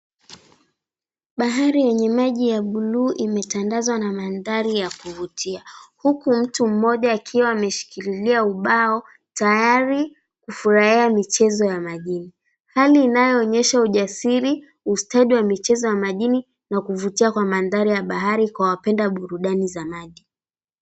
Bahari yenye maji ya buluu imetandazwa na mandhari ya kuvutia huku mtu mmoja akiwa ameshikililia ubao tayari kufurahia michezo ya majini hali inayoonyesha ujasiri, ustadi wa michezo ya majini na kuvutia kwa mandhari ya bahari kwa wapenda burudani za maji.